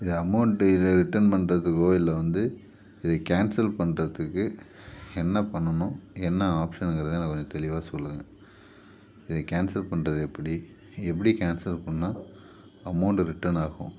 இது அமௌண்டு இதில் ரிட்டன் பண்ணுறதுக்கோ இல்லை வந்து இதை கேன்சல் பண்ணுறதுக்கு என்ன பண்ணணும் என்ன ஆப்ஷனுங்கறதை எனக்கு கொஞ்சம் தெளிவாக சொல்லுங்கள் இதை கேன்சல் பண்ணுறது எப்படி எப்படி கேன்சல் பண்ணிணா அமௌண்டு ரிட்டன் ஆகும்